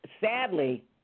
sadly